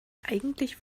eigentlich